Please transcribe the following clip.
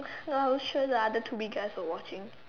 I'm sure the other two B guys were watching